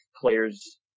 players